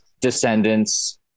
descendants